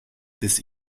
this